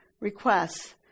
requests